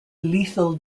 lethal